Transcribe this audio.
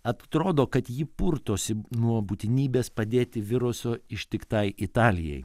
atrodo kad ji purtosi nuo būtinybės padėti viruso ištiktai italijai